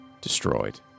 destroyed